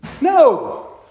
No